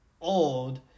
old